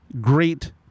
great